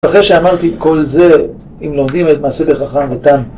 אחרי שאמרתי את כל זה, אם לומדים את מעשה בחכם ותם